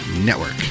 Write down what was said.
network